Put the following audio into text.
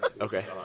Okay